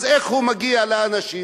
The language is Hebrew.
אז איך הוא מגיע לאנשים?